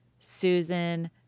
Susan